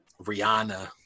Rihanna